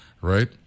right